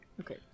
Okay